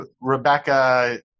Rebecca